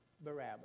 Barabbas